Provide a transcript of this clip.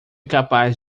capaz